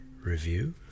review